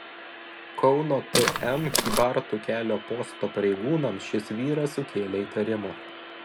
kauno tm kybartų kelio posto pareigūnams šis vyras sukėlė įtarimų